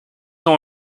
ont